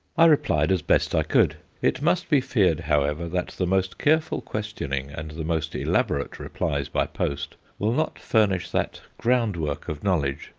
i replied as best i could. it must be feared, however, that the most careful questioning and the most elaborate replies by post will not furnish that ground-work of knowledge,